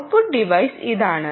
output device ഇതാണ്